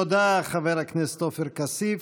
תודה, חבר הכנסת עופר כסיף.